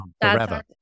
forever